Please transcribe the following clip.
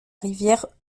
rivière